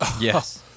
Yes